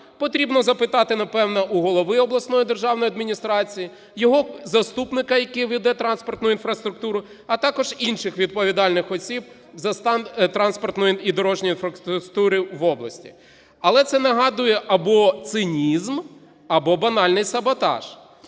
Потрібно запитати, напевно, у голови обласної державної адміністрації, його заступника, який веде транспортну інфраструктуру, а також інших відповідальних осіб за стан транспортної і дорожньої інфраструктури в області. Але це нагадує або цинізм, або банальний саботаж.